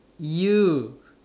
you